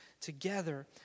together